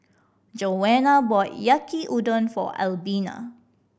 Joanna bought Yaki Udon for Albina